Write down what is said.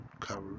cover